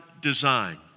design